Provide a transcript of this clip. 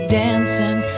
dancing